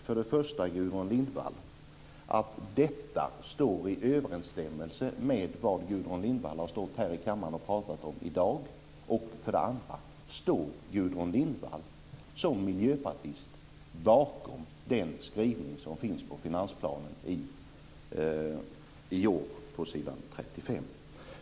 För det första: Anser Gudrun Lindvall att detta står i överensstämmelse med vad Gudrun Lindvall har stått här i kammaren och pratat om i dag? För det andra: Står Gudrun Lindvall som miljöpartist bakom den skrivning som finns i finansplanen i år på s. 35?